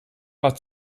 war